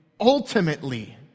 ultimately